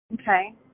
Okay